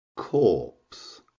Corpse